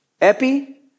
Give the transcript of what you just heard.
epi